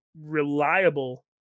reliable